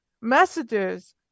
messages